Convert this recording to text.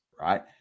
right